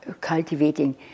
cultivating